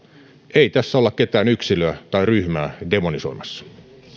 ei tässä olla ketään yksilöä tai ryhmää demonisoimassa